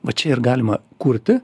va čia ir galima kurti